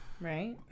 Right